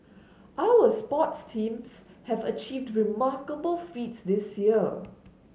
our sports teams have achieved remarkable feats this year